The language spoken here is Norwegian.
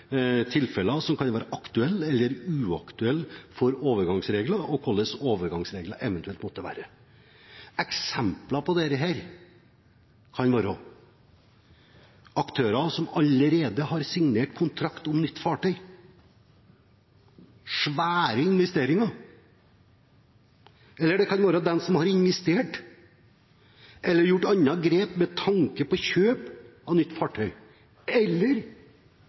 tilfeller som kan være aktuelle eller uaktuelle for overgangsregler, og hvilke overgangsregler det eventuelt måtte være. Eksempler på dette kan være aktører som allerede har signert kontrakt om nytt fartøy – svære investeringer – eller det kan være dem som har investert eller gjort andre grep med tanke på kjøp av nytt fartøy, eller